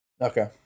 Okay